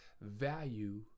value